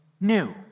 new